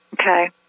Okay